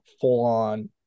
full-on